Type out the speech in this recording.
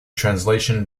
translation